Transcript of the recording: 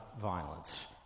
violence